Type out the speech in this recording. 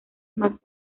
más